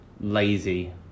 lazy